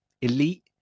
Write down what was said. elite